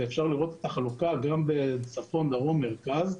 אפשר לראות את החלוקה בין צפון, דרום ומרכז.